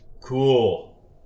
Cool